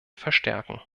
verstärken